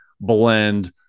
blend